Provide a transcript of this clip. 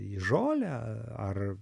į žolę ar